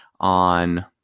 on